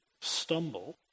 stumble